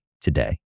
today